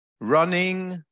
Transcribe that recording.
running